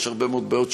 יש הרבה מאוד בעיות,